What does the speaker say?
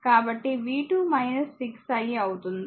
కాబట్టి v2 6 I అవుతుంది